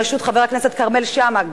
בראשות חבר הכנסת כרמל שאמה,